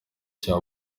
cya